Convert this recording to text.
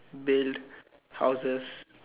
build houses